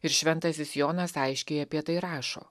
ir šventasis jonas aiškiai apie tai rašo